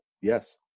Yes